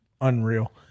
Unreal